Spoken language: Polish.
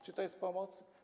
Czy to jest pomoc?